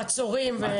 מעצורים.